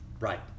right